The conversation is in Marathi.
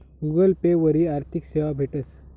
गुगल पे वरी आर्थिक सेवा भेटस